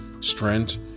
strength